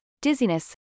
dizziness